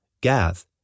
Gath